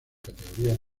categorías